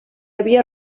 havia